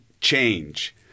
change